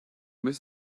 miss